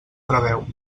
preveu